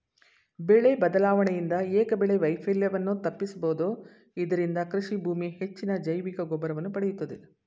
ಬೆಳೆ ಬದಲಾವಣೆಯಿಂದ ಏಕಬೆಳೆ ವೈಫಲ್ಯವನ್ನು ತಪ್ಪಿಸಬೋದು ಇದರಿಂದ ಕೃಷಿಭೂಮಿ ಹೆಚ್ಚಿನ ಜೈವಿಕಗೊಬ್ಬರವನ್ನು ಪಡೆಯುತ್ತದೆ